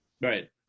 Right